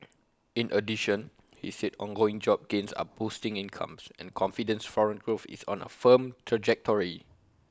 in addition he said ongoing job gains are boosting incomes and confidence foreign growth is on A firm trajectory